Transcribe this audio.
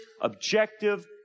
objective